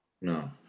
no